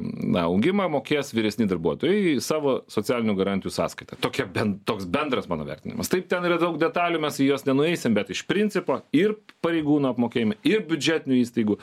na augimą mokės vyresni darbuotojai savo socialinių garantijų sąskaita tokia ben toks bendras mano vertinimas taip ten yra daug detalių mes į jas nenueisim bet iš principo ir pareigūnų apmokėjimai ir biudžetinių įstaigų